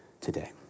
today